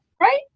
right